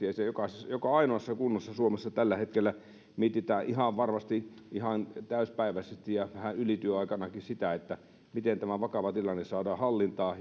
ja joka ainoassa kunnassa suomessa tällä hetkellä mietitään ihan varmasti ihan täysipäiväisesti ja vähän ylityöaikanakin sitä miten tämä vakava tilanne saadaan hallintaan